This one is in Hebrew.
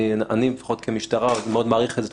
אני כמשטרה מאוד מעריך את זה.